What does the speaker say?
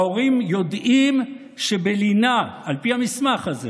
ההורים יודעים שבלינה, על פי המסמך הזה,